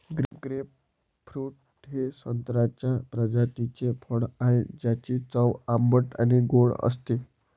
grapefruit हे संत्र्याच्या प्रजातीचे फळ आहे, ज्याची चव आंबट आणि गोड असते